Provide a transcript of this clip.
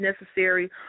necessary